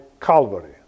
Calvary